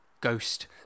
ghost